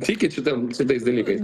tikit šitom šitais dalykais